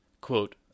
quote